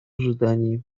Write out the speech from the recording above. ожидании